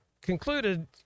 concluded